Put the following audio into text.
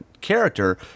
character